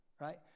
Right